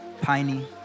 piney